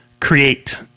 create